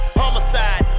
homicide